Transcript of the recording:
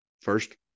first